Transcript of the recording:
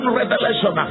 revelation